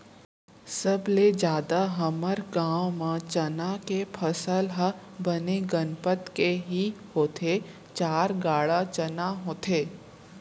सबले जादा हमर गांव म चना के फसल ह बने गनपत के ही होथे चार गाड़ा चना होथे